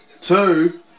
two